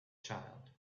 child